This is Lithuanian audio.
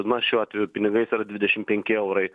na šiuo atveju pinigais yra dvidešimt penki eurai